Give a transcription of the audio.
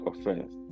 offense